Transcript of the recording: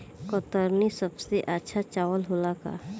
कतरनी सबसे अच्छा चावल होला का?